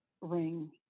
ring